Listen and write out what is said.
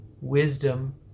wisdom